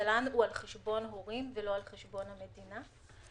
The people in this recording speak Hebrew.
התל"ן על חשבון הורים ולא על חשבון המדינה.